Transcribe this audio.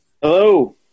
Hello